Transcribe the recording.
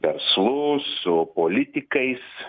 verslu su politikais